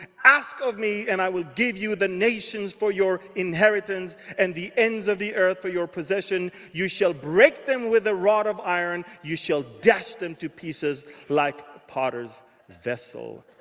ask of me, and i will give you the nations for your inheritance, and the ends of the earth for your possession. you shall break them with a rod of iron. you shall dash them to pieces like a potter's vessel.